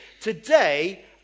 Today